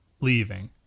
leaving